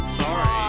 sorry